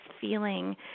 feeling